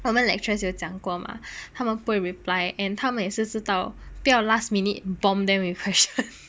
我们 lecturers 也讲过吗他们不会 reply and 他们也是知道不要 last minute bomb them with questions